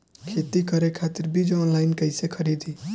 खेती करे खातिर बीज ऑनलाइन कइसे खरीदी?